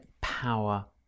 power